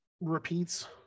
repeats